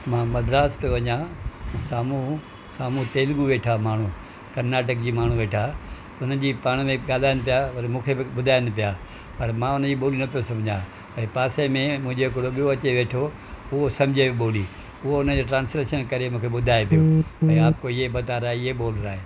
मां मद्रास पियो वञां साम्हूं साम्हूं तेलगू वेठा माण्हू कर्नाटकी माण्हू वेठा हुन जी पाण में ॻाल्हाइनि पिया मूंखे बि ॿुधाइनि पिया पर मां हुन जी बोल न पियो सम्झां पर पासे में मुंहिंजे हिकिड़ो ॿियो अची वेठो उहो सम्झे ॿोली हूअ हुन जो ट्रांसलेशन करे मूंखे ॿुधाए पियो ऐं आपको ये बता रहा है ये बोल रहा है